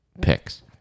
picks